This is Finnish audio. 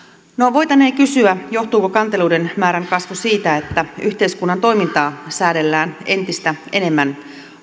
voitaneen kysyä johtuuko kanteluiden määrän kasvu siitä että yhteiskunnan toimintaa säädellään entistä enemmän